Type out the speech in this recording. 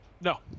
no